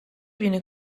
viene